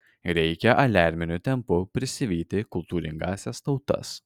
reikia aliarminiu tempu prisivyti kultūringąsias tautas